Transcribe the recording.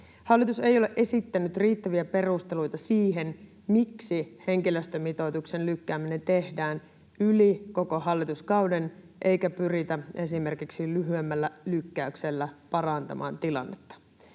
Hallitus ei ole esittänyt riittäviä perusteluita siihen, miksi henkilöstömitoituksen lykkääminen tehdään yli koko hallituskauden, eikä pyritä esimerkiksi lyhyemmällä lykkäyksellä parantamaan tilannetta.